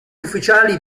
ufficiali